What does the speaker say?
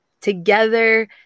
together